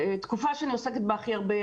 התקופה שאני עוסקת בה הכי הרבה היא